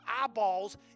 eyeballs